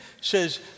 says